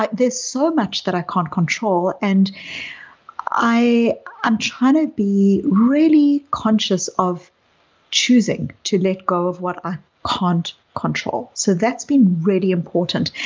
but there's so much that i can't control and i'm trying to be really conscious of choosing to let go of what i can't control. so that's been really important.